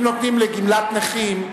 אם נותנים לגמלת נכים,